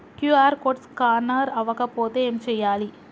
QR code scanner అవ్వకపోతే ఏం చేయాలి?